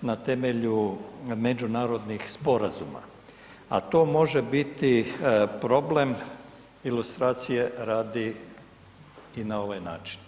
na temelju međunarodnih sporazuma, a to može biti problem ilustracije radi i na ovaj način.